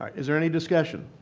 is there any discussion?